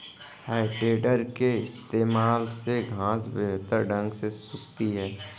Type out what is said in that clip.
है टेडर के इस्तेमाल से घांस बेहतर ढंग से सूखती है